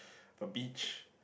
a beach